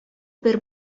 бер